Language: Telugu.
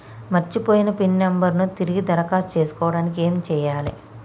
మర్చిపోయిన పిన్ నంబర్ ను తిరిగి దరఖాస్తు చేసుకోవడానికి ఏమి చేయాలే?